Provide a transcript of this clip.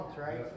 right